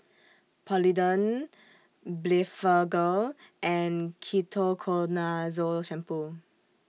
Polident Blephagel and Ketoconazole Shampoo